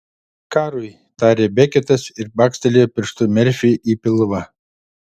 karui tarė beketas ir bakstelėjo pirštu merfiui į pilvą